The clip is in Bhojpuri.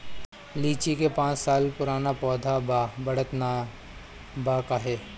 लीची क पांच साल पुराना पौधा बा बढ़त नाहीं बा काहे?